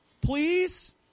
Please